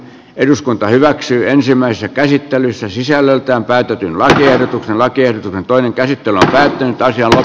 eduskunta hyväksyy ensimmäisessä käsittelyssä sisällöltään päätetyn lakiehdotuksen melkein toinen käsittely pintaan ja